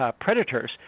predators